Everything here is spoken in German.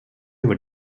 über